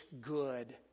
good